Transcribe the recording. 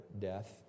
death